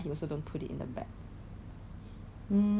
like the bottle the cap itself is purple